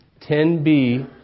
10b